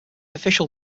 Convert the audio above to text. official